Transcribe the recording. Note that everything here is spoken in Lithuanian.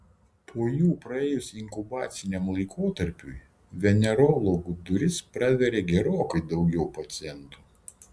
po jų praėjus inkubaciniam laikotarpiui venerologų duris praveria gerokai daugiau pacientų